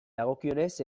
dagokienez